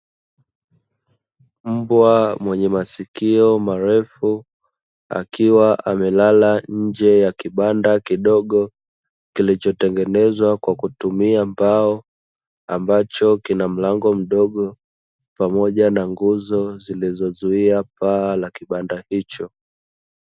Mbwa mwenye masikio marefu akiwa amelala nje ya kibanda kidogo kilicho tengenezwa kwa kutumia mbao, ambacho kina mlango mdogo pamoja na nguzo zilizo zuia paa la kibanda hicho.